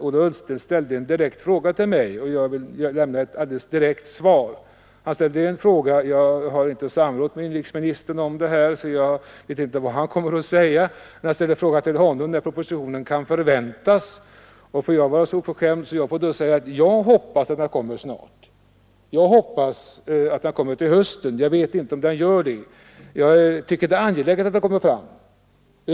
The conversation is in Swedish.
Ola Ullsten ställde en direkt fråga om byggkonkurrens, och jag vill lämna ett direkt svar. Jag har inte samrått med inrikesministern om detta och vet inte vad han kommer att säga. Herr Ullsten ställde till honom frågan när propositionen kan förväntas. Får jag vara så oförskämd att jag säger att jag hoppas att den kommer snart? Jag hoppas att den kommer till hösten — jag vet inte om den gör det — och jag tycker att det är angeläget att den läggs fram.